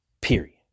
Period